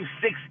six